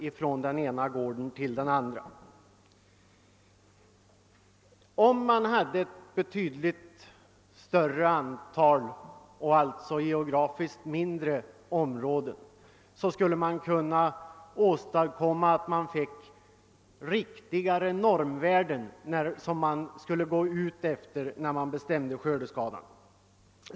Om områdena vore mindre till ytan och antalet områden alltså vore större, skulle normvärdena för skördeskadebestämningen bli riktigare.